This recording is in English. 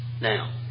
Now